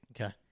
Okay